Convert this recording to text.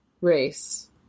race